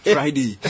Friday